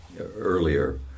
earlier